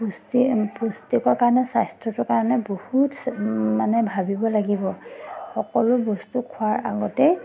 পুষ্টি পুষ্টিকৰ কাৰণে স্বাস্থ্যটোৰ কাৰণে বহুত মানে ভাবিব লাগিব সকলো বস্তু খোৱাৰ আগতেই